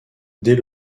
dès